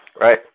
right